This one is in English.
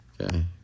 Okay